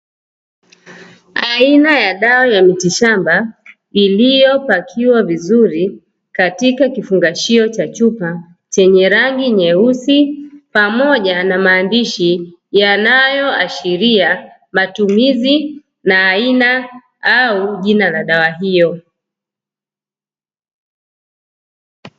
Aina ya dawa za miti shamba iliyopakiwa vizuri katika kifungashio cha chupa chenye rangi nyeusi, pamoja na maandishi yanayoashiria matumizi na aina au jina la dawa hiyo.